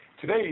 today